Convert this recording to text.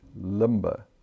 limber